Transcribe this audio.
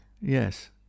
Yes